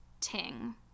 ting